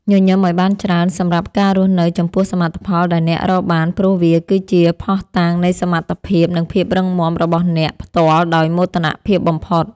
ញញឹមឱ្យបានច្រើនសម្រាប់ការរស់នៅចំពោះសមិទ្ធផលដែលអ្នករកបានព្រោះវាគឺជាភស្តុតាងនៃសមត្ថភាពនិងភាពរឹងមាំរបស់អ្នកផ្ទាល់ដោយមោទនភាពបំផុត។